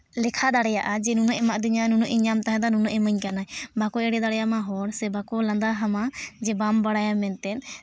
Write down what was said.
ᱞᱮᱠᱷᱟ ᱫᱟᱲᱮᱭᱟᱜᱼᱟ ᱡᱮ ᱱᱩᱱᱟᱹᱜᱼᱮ ᱮᱢᱟᱫᱤᱧᱟᱹ ᱱᱩᱱᱟᱹᱜ ᱤᱧ ᱧᱟᱢ ᱛᱟᱦᱮᱱᱟ ᱱᱩᱱᱟᱹᱜᱼᱮ ᱤᱢᱟᱹᱧ ᱠᱟᱱᱟᱭ ᱵᱟᱠᱚ ᱮᱲᱮ ᱫᱟᱲᱮᱭᱟᱢᱟ ᱦᱚᱲ ᱥᱮ ᱵᱟᱠᱚ ᱞᱟᱸᱫᱟ ᱟᱢᱟ ᱡᱮ ᱵᱟᱢ ᱵᱟᱲᱟᱭᱟ ᱢᱮᱱᱛᱮ